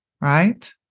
right